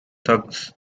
thugs